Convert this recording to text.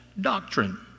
doctrine